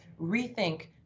rethink